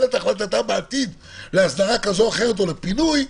את החלטתה בעתיד להסדרה כזו או אחרת או לפינוי,